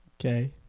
Okay